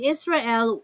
Israel